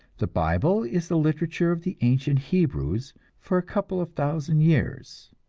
the bible is the literature of the ancient hebrews for a couple of thousand years.